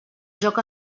joc